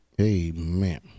Amen